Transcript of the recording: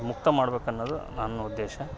ಮುಕ್ತ ಮಾಡ್ಬೇಕು ಅನ್ನೋದು ನನ್ನ ಉದ್ದೇಶ